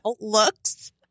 looks